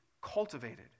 cultivated